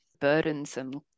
burdensome